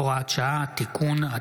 הוראת שעה) (תיקון),